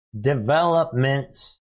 developments